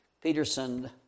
Peterson